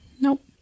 Nope